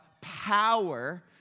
power